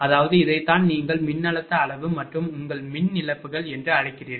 அதாவது இதைத்தான் நீங்கள் மின்னழுத்த அளவு மற்றும் உங்கள் மின் இழப்புகள் என்று அழைக்கிறீர்கள்